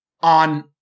on